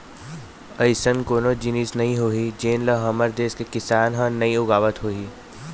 अइसन कोनो जिनिस नइ होही जेन ल हमर देस के किसान ह नइ उगावत होही